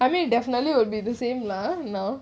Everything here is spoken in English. I mean it definitely will be the same lah now